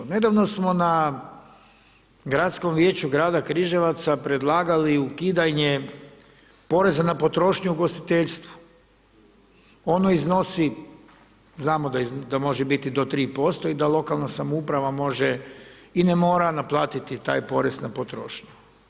Nedavno smo na Gradskom vijeću grada Križevca predlagali ukidanje poreza na potrošnju u ugostiteljstvu, ono iznosi, znamo da može biti do 3% i da lokalna samouprava može i ne mora naplatiti taj porez na potrošnju.